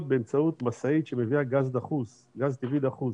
באמצעות משאית שמביאה גז טבעי דחוס,